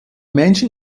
menschen